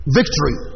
victory